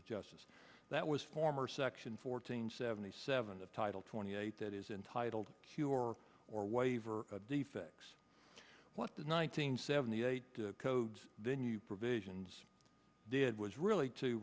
of justice that was former section fourteen seventy seven of title twenty eight that is entitled cure or waiver defects what the nineteen seventy eight code then you provisions did was really to